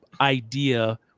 idea